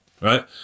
right